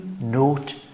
note